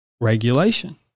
regulation